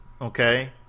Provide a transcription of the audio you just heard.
okay